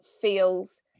feels